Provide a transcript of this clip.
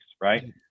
right